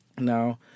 Now